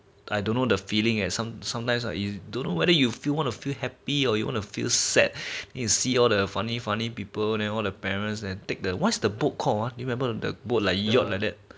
I don't know the feeling eh some sometimes ah you don't know whether you feel want to feel happy or you wanna feel sad is see all the funny funny people and and all her parents and take the what's the boat called ah remember the boat like yacht like that